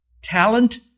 Talent